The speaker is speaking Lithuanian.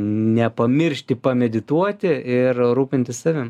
nepamiršti pamedituoti ir rūpintis savim